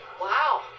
Wow